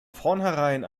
vornherein